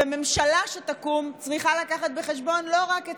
והממשלה שתקום צריכה להביא בחשבון לא רק את